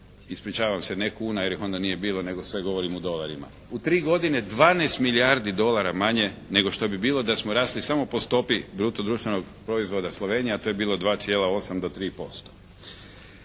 ispričavam se ne kuna jer ih onda nije bilo nego sve govorim u dolarima. U tri godine 12 milijardi dolara manje nego što bi bilo da smo rasli samo po stopi bruto društvenog proizvoda Slovenije, a to je bilo 2,8 do 3%.